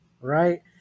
Right